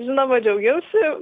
žinoma džiaugiausi